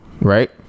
right